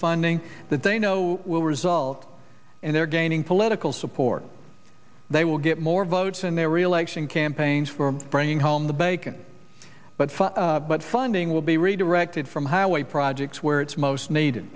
funding that they know will result in their gaining political support they will get more votes in their reelection campaigns for bringing home the bacon but for but funding will be redirected from highway projects where it's most needed